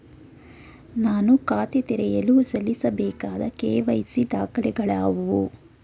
ನಾನು ಖಾತೆ ತೆರೆಯಲು ಸಲ್ಲಿಸಬೇಕಾದ ಕೆ.ವೈ.ಸಿ ದಾಖಲೆಗಳಾವವು?